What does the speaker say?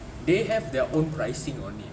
they have their own pricing on it